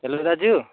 hello दाजु